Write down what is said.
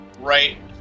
right